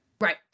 Right